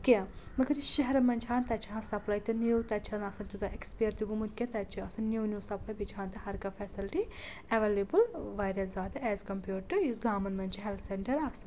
کینٛہہ مگر یہِ شہرَن منٛز چھِ ہَن تَتہِ چھِ ہَن سَپلاے تہٕ نِو تَتہِ چھَنہٕ آسان تیوٗتاہ ایٚکٕسپایر تہِ گوٚمُت کینٛہہ تَتہِ چھِ آسان نِو نِو سَپلاے بیٚیہِ چھِ آسان تہِ ہرکانٛہہ فیسَلٹی ایویلیبٕل واریاہ زیادٕ ایز کَمپیٲڈ ٹُو یُس گامَن منٛز چھِ ہیٚلٕتھ سیٚنٹَر آسان